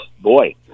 boy